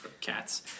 cats